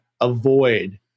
avoid